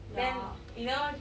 then you know